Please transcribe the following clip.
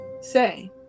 say